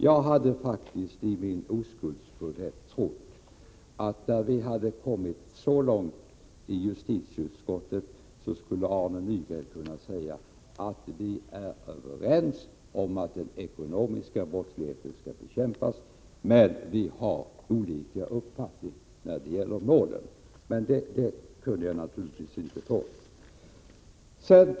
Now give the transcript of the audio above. Jag hade i min oskuldsfullhet trott, att när vi hade kommit så långt i justitieutskottet skulle Arne Nygren ha kunnat säga att vi är överens om att den ekonomiska brottsligheten skall bekämpas men att vi har olika uppfattning när det gäller målen. Men det kunde han naturligtvis inte säga.